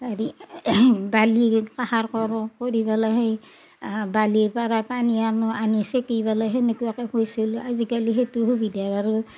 হেৰি বালি কাষাৰ কৰোঁ কৰি পেলে সেই বালিৰ পাৰাই পানী আনো আনি চেকি পেলে সেনেকুৱাকে খুৱেইছিলোঁ আজিকালি সেইটো সুবিধা বাৰু